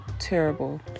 terrible